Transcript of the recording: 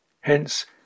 Hence